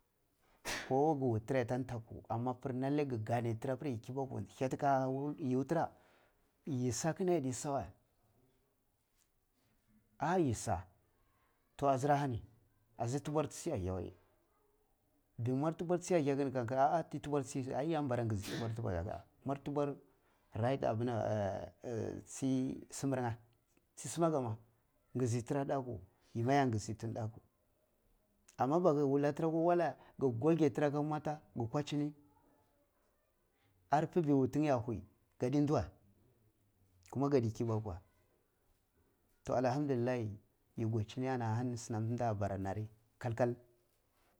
ko gu wuto tira ya ta ntaku amma pir lalle gi ganne tira pir yi kibaku hiyati a gi yudura yi sa kina yadi sa we ah yisa toh nsira hani asir tubu chi ahyawai gi mwar tubwa di ahiya gini ga kira ahah tubura chi sima mwar tubwar nght abinan chi sima chi sima nja chi simarga ngi si tira ndaku yima ya ngisi tinya ndaku amma baki wula tira akwa walley gi koke tira aka murotah gi kwa chi ni arbe pe wuti tinya ya wuyi ga di, di we kuma ga di kibaku toh allahamdullilahi ji gwaichini ani hani sinam tina bara ni kal kal.